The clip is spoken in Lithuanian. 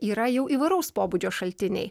yra jau įvairaus pobūdžio šaltiniai